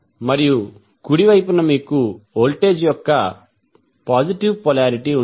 మరియు కుడి వైపున మీకు వోల్టేజ్ యొక్క పాజిటివ్ పొలారిటీ ఉంటుంది